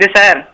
sir